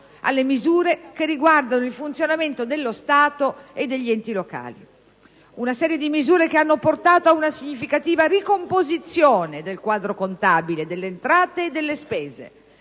alle misure che riguardano il funzionamento dello Stato e degli enti locali. Una serie di misure che hanno portato ad una significativa ricomposizione del quadro contabile delle entrate e delle spese,